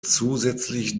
zusätzlich